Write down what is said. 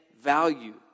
value